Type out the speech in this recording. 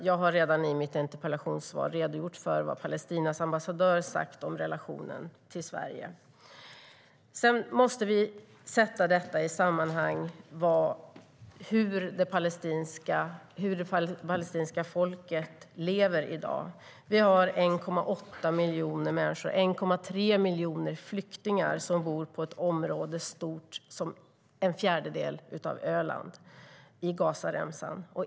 Jag har i mitt interpellationssvar redan redogjort för vad Palestinas ambassadör sagt om relationen till Sverige. Vi måste se på det sammanhang som det palestinska folket i dag lever i. Vi har 1,8 miljoner människor. 1,3 miljoner flyktingar på Gazaremsan bor på ett område stort som en fjärdedel av Öland.